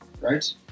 right